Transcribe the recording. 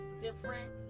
different